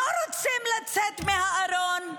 לא רוצים לצאת מהארון.